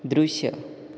दृश्य